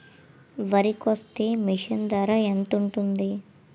వరి కోసే మిషన్ ధర ఎంత ఉంటుంది?